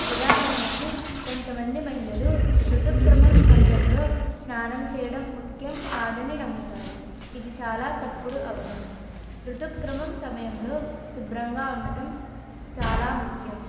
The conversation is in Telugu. ఉదాహరణకు కొంతమంది మహిళలు రుతుక్రమం సమయంలో స్నానం చేయడం ముఖ్యం కాదని నమ్ముతారు ఇది చాలా తప్పుడు అవగాహన రుతుక్రమం సమయంలో శుభ్రంగా ఉండటం చాలా ముఖ్యం